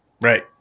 Right